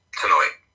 tonight